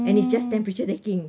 and it's just temperature taking